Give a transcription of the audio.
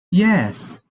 yes